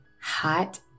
hot